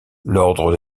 l’ordre